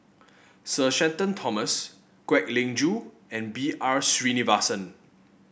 Sir Shenton Thomas Kwek Leng Joo and B R Sreenivasan